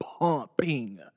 pumping